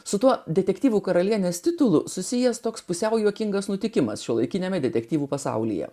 su tuo detektyvų karalienės titulu susijęs toks pusiau juokingas nutikimas šiuolaikiniame detektyvų pasaulyje